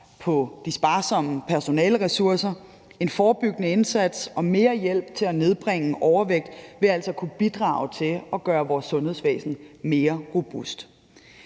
på de sparsomme personaleressourcer. En forebyggende indsats og mere hjælp til at nedbringe overvægt vil altså kunne bidrage til at gøre vores sundhedsvæsen mere robust.